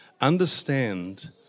understand